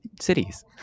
cities